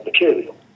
material